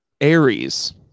Aries